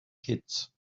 kids